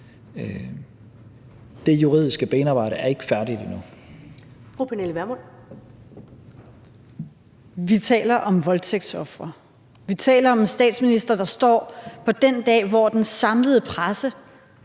Vermund. Kl. 14:20 Pernille Vermund (NB): Vi taler om voldtægtsofre. Vi taler om en statsminister, der på den dag, hvor den samlede presse